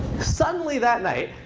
suddenly that night,